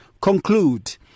conclude